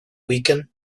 weekend